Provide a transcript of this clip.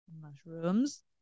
mushrooms